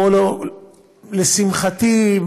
או לשמחתי,